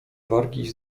wargi